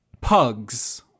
Pugs